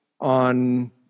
on